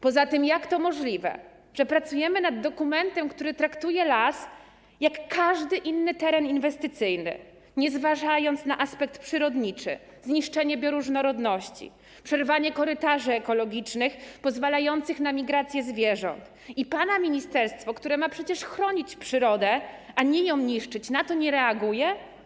Poza tym jak to możliwe, że pracujemy nad dokumentem, który traktuje las jak każdy inny teren inwestycyjny, nie zważając na aspekt przyrodniczy, zniszczenie bioróżnorodności, przerwanie korytarzy ekologicznych pozwalających na migracje zwierząt, i pana ministerstwo, które ma przecież chronić przyrodę, a nie ją niszczyć, na to nie reaguje?